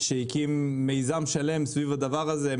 שהקים מיזם שלם סביב הדבר הזה.